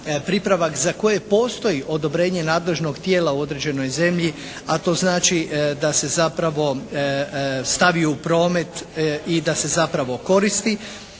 pripravak za koji postoji odobrenje nadležnog tijela u određenoj zemlji a to znači da se zapravo stavi u promet i da se zapravo koristi,